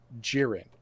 Jiren